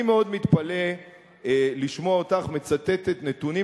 אני מאוד מתפלא לשמוע אותך מצטטת נתונים